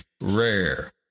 rare